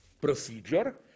procedure